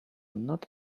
not